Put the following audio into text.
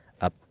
up